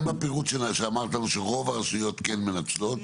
גם בפירוט שאמרת לנו שרוב הרשויות כן מנצלות,